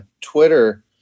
Twitter